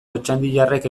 otxandiarrek